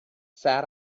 sat